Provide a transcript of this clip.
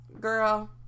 girl